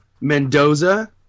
Mendoza